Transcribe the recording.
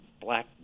black